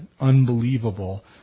unbelievable